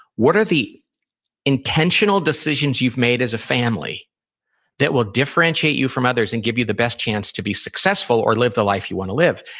what are the intentional decisions you've made as a family that will differentiate you from others, and give you the best chance to be successful, or live the life you want to live?